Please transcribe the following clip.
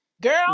Girl